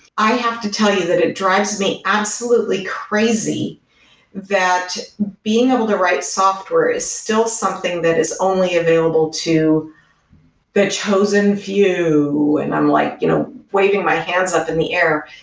i have to tell you that it drives me absolutely crazy that being able to write software is still something that is only available to the chosen few, and i'm like you know waving my hands up in the air.